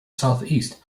southeast